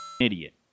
idiot